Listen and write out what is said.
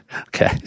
Okay